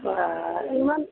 ইমান